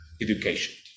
education